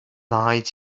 night